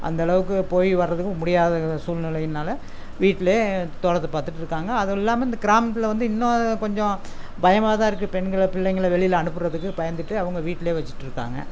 அந்த அளவுக்கு போய் வரதுக்கும் முடியாத சூழ்நெலையின்னால் வீட்டிலே தோட்டத்தை பார்த்துட்ருக்காங்க அதுவும் இல்லாமல் இந்த கிராமத்தில் வந்து இன்னும் கொஞ்சம் பயமாக தான் இருக்குது பெண்களை பிள்ளைங்களை வெளியில் அனுப்புறதுக்கு பயந்துட்டு அவங்க வீட்டிலே வச்சிட்ருக்காங்க